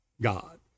God